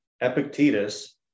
Epictetus